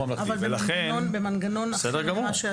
אבל במנגנון אחר ממה שאתה --- בסדר גמור,